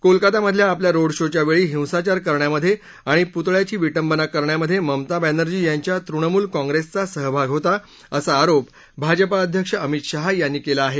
कोलकात्यामधल्या आपल्या रोड शोच्या वेळी हिंसाचार करण्यामध्ये आणि पुतळ्याची विटंबना करण्यामध्ये ममता बॅनर्जी यांच्या तृणमूल काँग्रेसचा सहभाग होता असा आरोप भाजपा अध्यक्ष अमित शाह यांनी केला आहे